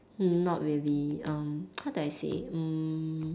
um not really um how do I say mm